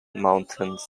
mountains